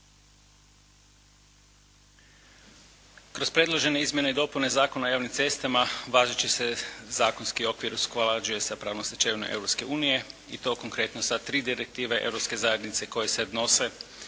Kroz predložene izmjene i dopune Zakona o javnim cestama važeći se zakonski okvir usklađuje sa pravnom stečevinom Europske unije i to konkretno sa tri direktive Europske zajednice